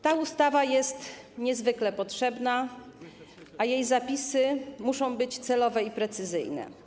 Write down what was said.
Ta ustawa jest niezwykle potrzebna, a jej zapisy muszą być celowe i precyzyjne.